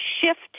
shift